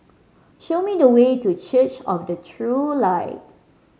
show me the way to Church of the True Light